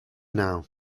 now